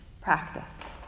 practice